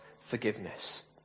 forgiveness